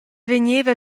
vegneva